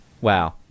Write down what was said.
wow